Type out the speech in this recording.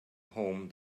home